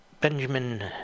Benjamin